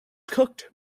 cooked